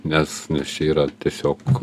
nes nes čia yra tiesiog